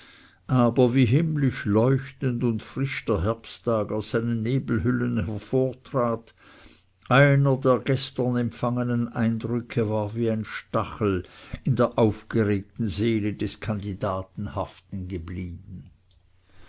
aber wie himmlisch leuchtend und frisch der herbsttag aus seinen nebelhüllen hervortrat einer der gestern empfangenen eindrücke war wie ein stachel in der aufgeregten seele des kandidaten haften geblieben